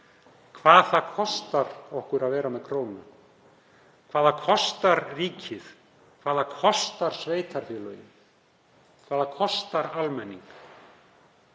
hvað það kostar okkur að vera með krónu, hvað það kostar ríkið, hvað það kostar sveitarfélögin, hvað það kostar almenning.